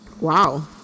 Wow